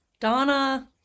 donna